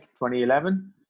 2011